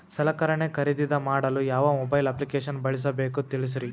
ಸಲಕರಣೆ ಖರದಿದ ಮಾಡಲು ಯಾವ ಮೊಬೈಲ್ ಅಪ್ಲಿಕೇಶನ್ ಬಳಸಬೇಕ ತಿಲ್ಸರಿ?